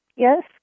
Yes